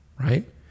right